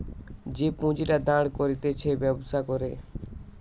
যে পুঁজিটা দাঁড় করতিছে ব্যবসা করে